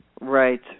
Right